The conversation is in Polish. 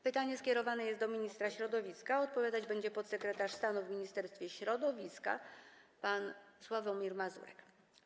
Pytanie skierowane jest do ministra środowiska, a odpowiadać będzie podsekretarz stanu w Ministerstwie Środowiska pan Sławomir Mazurek.